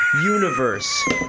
universe